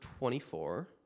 24